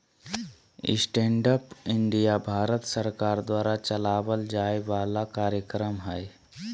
stand up India Bharat सरकार द्वारा चलावल जाय वाला कार्यक्रम हय